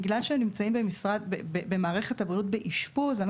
בגלל שנמצאים במערכת הבריאות באשפוז,